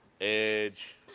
Edge